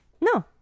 no